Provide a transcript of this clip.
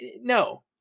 No